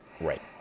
Right